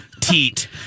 teat